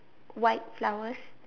white flowers